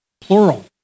plural